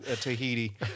Tahiti